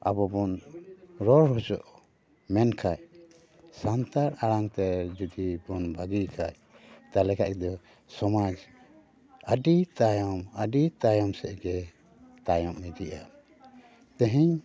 ᱟᱵᱚ ᱵᱚᱱ ᱨᱚᱲ ᱦᱚᱪᱚᱜ ᱢᱮᱱᱠᱷᱟᱱ ᱥᱟᱱᱛᱟᱲ ᱟᱲᱟᱝ ᱛᱮ ᱡᱩᱫᱤ ᱵᱚᱱ ᱵᱷᱟᱹᱜᱤ ᱠᱷᱟᱡ ᱛᱟᱦᱚᱞᱮ ᱠᱷᱟᱱᱫᱚ ᱥᱚᱢᱟᱡ ᱟᱹᱰᱤ ᱛᱟᱭᱚᱢ ᱟᱹᱰᱤ ᱛᱟᱭᱚᱢ ᱥᱮᱫ ᱜᱮ ᱛᱟᱭᱚᱢ ᱤᱫᱤᱜᱼᱟ ᱛᱮᱦᱮᱧ